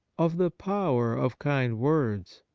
of the power of kind words.